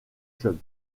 club